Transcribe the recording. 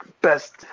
best